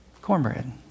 cornbread